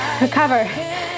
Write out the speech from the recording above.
recover